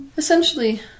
Essentially